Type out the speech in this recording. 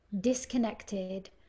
disconnected